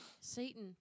Satan